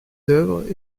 d’œuvre